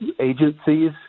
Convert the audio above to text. agencies